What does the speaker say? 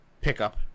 pickup